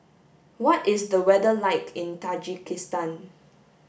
what is the weather like in Tajikistan